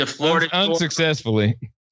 Unsuccessfully